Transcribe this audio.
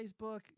facebook